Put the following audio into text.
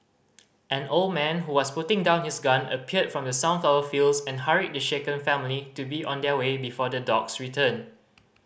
an old man who was putting down his gun appeared from the sunflower fields and hurried the shaken family to be on their way before the dogs return